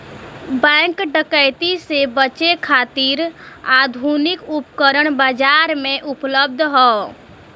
bank डकैती से बचे खातिर आधुनिक उपकरण बाजार में उपलब्ध हौ